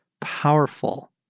powerful